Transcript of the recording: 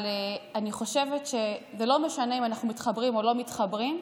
אבל אני חושבת שזה לא משנה אם אנחנו מתחברים או לא מתחברים,